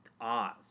Oz